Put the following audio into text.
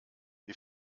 wie